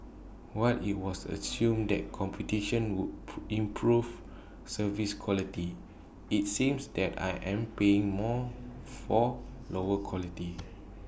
while IT was assumed that competition would improve service quality IT seems that I am paying more for lower quality